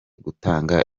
gutanga